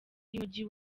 y’umujyi